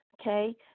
okay